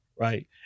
right